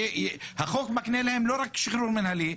החוק מקנה להם לא רק שחרור מינהלי,